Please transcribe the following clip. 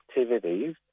activities